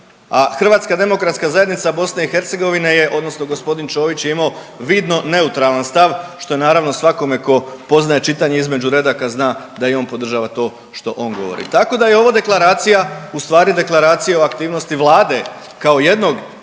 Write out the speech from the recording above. Hrvatska demokratska zajednica BiH je, odnosno gospodin Čović je imao vidno neutralan stav što je naravno svakome tko poznaje čitanje između redaka zna da i on podržava to što on govori. Tako da je ova deklaracija u stvari Deklaracija o aktivnosti Vlade kao jednog